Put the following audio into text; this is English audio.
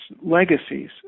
legacies